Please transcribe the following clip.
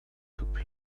took